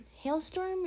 Hailstorm